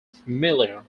familiar